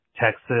Texas